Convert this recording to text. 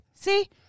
see